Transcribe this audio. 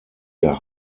der